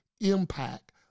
impact